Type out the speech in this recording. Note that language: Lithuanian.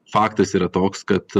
faktas yra toks kad